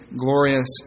glorious